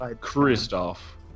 Christoph